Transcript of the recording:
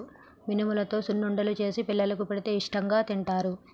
మినుములతో సున్నుండలు చేసి పిల్లలకు పెడితే ఇష్టాంగా తింటారు